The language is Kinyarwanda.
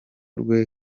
rwe